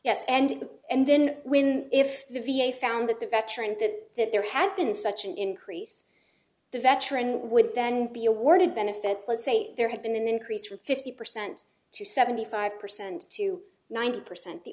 yes and and then when if the v a found that the veterans that there had been such an increase the veteran would then be awarded benefits let's say there had been an increase from fifty percent to seventy five percent to ninety percent the